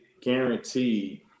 guaranteed